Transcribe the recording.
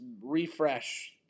refresh